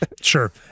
Sure